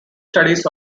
studies